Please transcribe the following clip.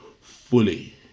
Fully